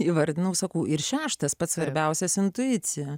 įvardinau sakau ir šeštas pats svarbiausias intuicija